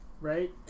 Right